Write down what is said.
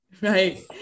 Right